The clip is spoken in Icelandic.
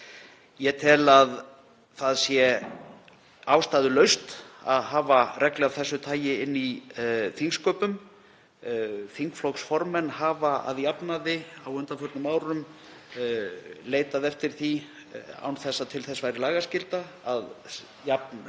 Ég tel ástæðulaust að hafa reglu af þessu tagi í þingsköpum. Þingflokksformenn hafa að jafnaði á undanförnum árum leitað eftir því, án þess að til þess væri lagaskylda, að jafnrar